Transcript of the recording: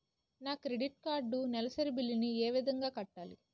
నా credit card నెలసరి bill ని ఏ విధంగా కట్టాలి?